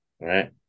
right